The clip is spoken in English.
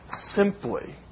simply